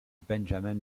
benjamin